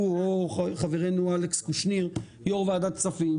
חברנו אלכס קושניר יושב-ראש ועדת כספים,